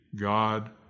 God